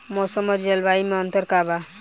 मौसम और जलवायु में का अंतर बा?